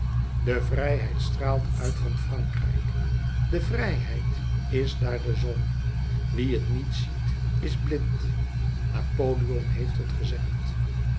de vrijheid straalt uit van frankrijk de vrijheid is daar de zon wie het niet ziet is blind napoleon heeft het gezegd